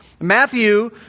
Matthew